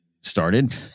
started